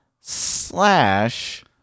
Slash